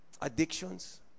addictions